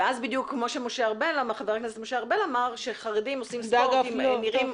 אבל כמו שאמר חבר הכנסת משה ארבל חרדים שעושים ספורט לבושים כרגיל.